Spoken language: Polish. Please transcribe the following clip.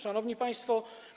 Szanowni Państwo!